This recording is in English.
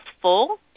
full